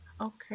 Okay